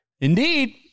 Indeed